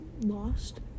lost